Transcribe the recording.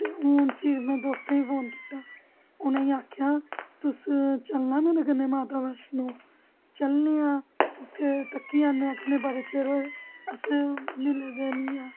ते हू फिर मे दोस्ते गी फोन किता उनेंगी आखेआ तुस चलना मेरे कन्नै माता बैष्णो चलने आं उत्थै तक्की आने आं बड़ा चिर होआ ऐ अस मिले दे नेईं आं